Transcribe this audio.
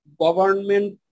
government